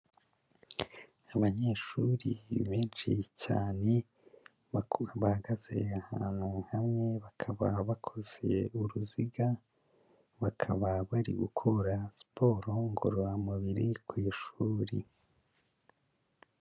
Abanyeshuri benshi cyane bakuru, bahagaze ahantu hamwe bakaba bakoze uruziga, bakaba bari gukora siporo ngororamubiri ku ishuri.